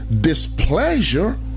displeasure